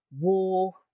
war